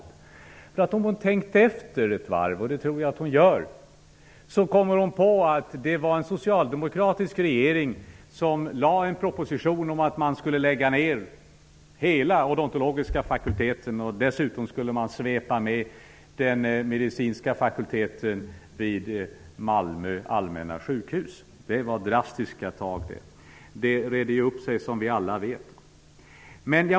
Det är litet synd om henne, för om hon tänker efter ett varv -- och det tror jag att hon kommer att göra -- kommer hon att komma på att det var en socialdemokratisk regering som lade fram en proposition om att hela Odontologiska fakulteten skulle läggas ner och att den medicinska fakulteten vid Malmö allmänna sjukhus dessutom skulle svepas med. Det var drastiska tag det! Det redde ju upp sig, som vi alla vet.